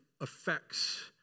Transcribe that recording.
affects